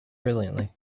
brilliantly